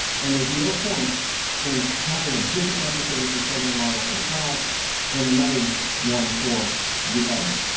and there is no point in having a different micro services program model for the cloud and another one for the edge.